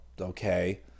Okay